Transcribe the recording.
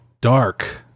dark